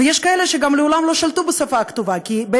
ויש כאלה שגם מעולם לא שלטו בשפה הכתובה כי הם